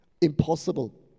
impossible